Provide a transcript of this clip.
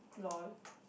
lol